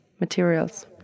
materials